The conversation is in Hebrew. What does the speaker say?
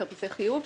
כרטיסי חיוב,